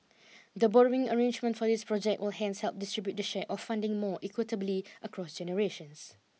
the borrowing arrangements for these project will hence help distribute the share of funding more equitably across generations